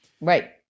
right